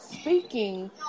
speaking